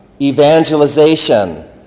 evangelization